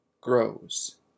grows